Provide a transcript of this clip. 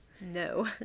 no